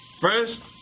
First